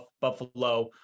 Buffalo